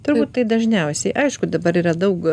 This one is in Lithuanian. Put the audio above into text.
turbūt tai dažniausiai aišku dabar yra daug